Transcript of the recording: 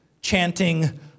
chanting